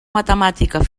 matemàtica